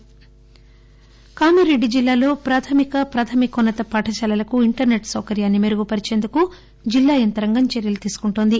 digital తరగతులు కామారెడ్డి జిల్లాలో ప్రాథమికోన్నత పాఠశాలలకు ఇంటర్పెట్ సౌకర్యాన్ని మెరుగుపరిచేందుకు జిల్లా యంత్రాంగం చర్యలు తీసుకుంటోంది